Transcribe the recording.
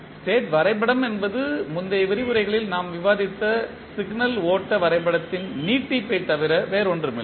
state வரைபடம் என்பது முந்தைய விரிவுரைகளில் நாம் விவாதித்த சிக்னல் ஓட்ட வரைபடத்தின் நீட்டிப்பைத் தவிர வேறில்லை